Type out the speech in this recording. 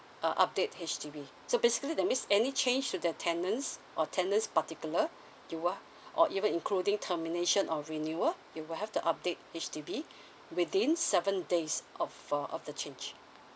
uh update H_D_B so basically that means any change to that tenants or tenant's particular you are or even including termination or renewal you will have to update H_D_B within seven days of uh of the change